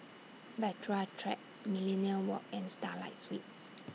Bahtera Track Millenia Walk and Starlight Suites